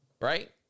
right